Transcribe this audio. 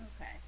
Okay